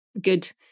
good